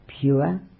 pure